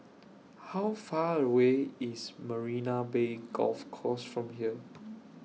How Far away IS Marina Bay Golf Course from here